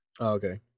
okay